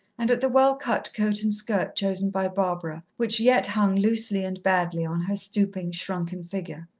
and at the well-cut coat and skirt chosen by barbara, which yet hung loosely and badly on her stooping, shrunken figure.